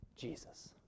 Jesus